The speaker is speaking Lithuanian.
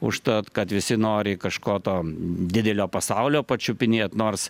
užtat kad visi nori kažko to didelio pasaulio pačiupinėt nors